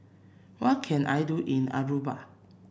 what can I do in Aruba